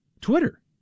Twitter